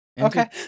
Okay